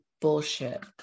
bullshit